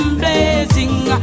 blazing